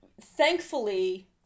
thankfully